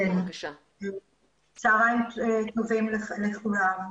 צהריים טובים לכולם,